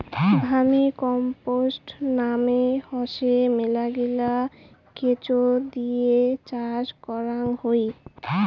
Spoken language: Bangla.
ভার্মিকম্পোস্ট মানে হসে মেলাগিলা কেঁচো দিয়ে চাষ করাং হই